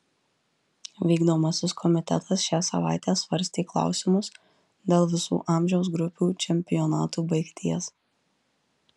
vykdomasis komitetas šią savaitę svarstė klausimus dėl visų amžiaus grupių čempionatų baigties